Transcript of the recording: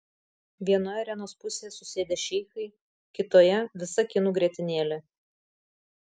vienoje arenos pusėje susėdę šeichai kitoje visa kinų grietinėlė